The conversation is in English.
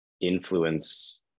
influence